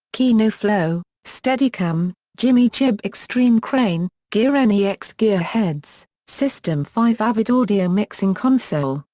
kino flo, steadi cam, jimmy jib extreme crane, gearnex gear heads, system five avid audio mixing console,